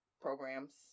programs